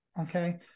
okay